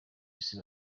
isi